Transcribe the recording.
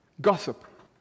Gossip